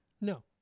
No